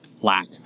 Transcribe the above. lack